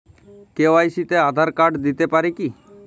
KYC তে Aadhaar card দিতে পারি কি?